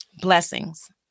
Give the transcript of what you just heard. Blessings